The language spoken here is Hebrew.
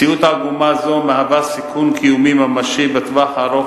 מציאות עגומה זו מהווה סיכון קיומי ממשי בטווח הארוך